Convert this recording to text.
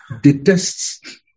detests